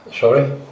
Sorry